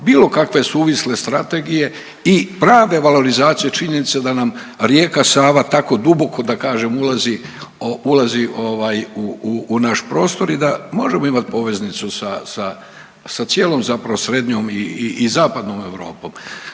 bilo kakve suvisle strategije i prave valorizacije činjenice da nam rijeka Sava tako duboko, da kažem ulazi u naš prostor i da možemo imati poveznicu sa cijelom zapravo srednjom i zapadnom Europom.